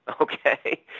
okay